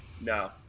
No